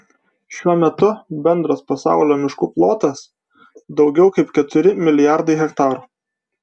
šiuo metu bendras pasaulio miškų plotas daugiau kaip keturi milijardai hektarų